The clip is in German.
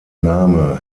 name